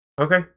Okay